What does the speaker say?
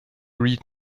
read